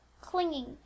clinging